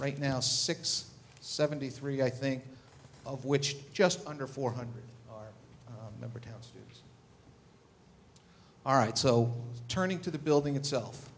right now six seventy three i think of which just under four hundred member towns all right so turning to the building itself